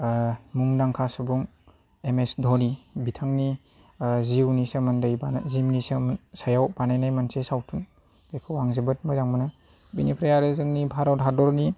मुंदांखा सुबुं M S ध'नि बिथांनि जिउनि सोमोन्दैनि जिउनि सायाव मोनसे बानायनाय सावथुन बेखौ आं जोबोद मोजां मोनो बेनिफ्राय आरो जोंनि भारत हादरनि